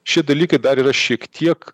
šie dalykai dar yra šiek tiek